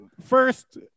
first